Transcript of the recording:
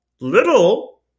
little